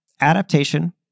adaptation